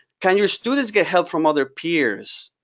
can your students get help from other peers?